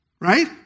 Right